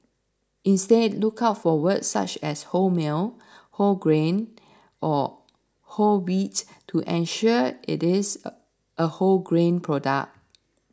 instead look out for words such as wholemeal whole grain or whole wheat to ensure it is a wholegrain product